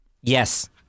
Yes